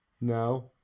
No